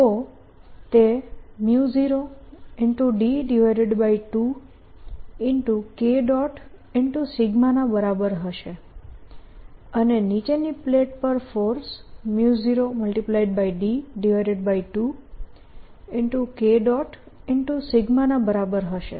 તો તે 0 d2K ના બરાબર હશે અને નીચેની પ્લેટ પર ફોર્સ 0 d2K ના બરાબર હશે